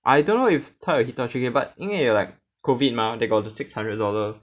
I don't know if 他有 hit 到 three K but 因为有 like COVID mah they got the six hundred dollars